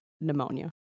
pneumonia